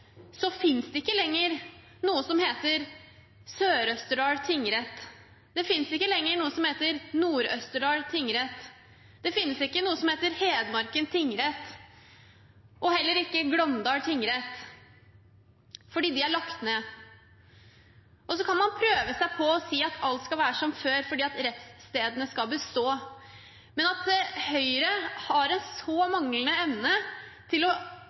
finnes det ikke lenger noe som heter Sør-Østerdal tingrett, det finnes ikke lenger noe som heter Nord-Østerdal tingrett, det finnes ikke noe som heter Hedmarken tingrett, og heller ikke Glåmdal tingrett, fordi de er lagt ned. Så kan man prøve seg på å si at alt skal være som før fordi rettsstedene skal bestå. Men at Høyre har en så manglende evne til å